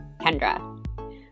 Kendra